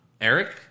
Eric